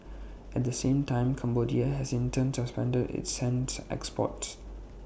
at the same time Cambodia has in turn suspended its sand exports